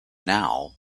now